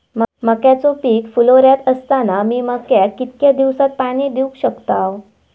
मक्याचो पीक फुलोऱ्यात असताना मी मक्याक कितक्या दिवसात पाणी देऊक शकताव?